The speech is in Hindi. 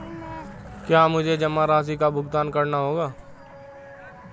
क्या मुझे जमा राशि का भुगतान करना होगा?